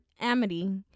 Amity